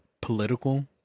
political